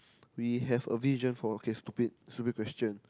we have a vision for okay stupid stupid question